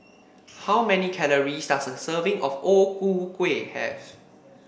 how many calories does a serving of O Ku Kueh have